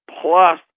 Plus